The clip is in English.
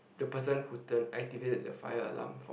the person who turn activate the fire alarm fault